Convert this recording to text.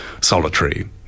solitary